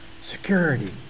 security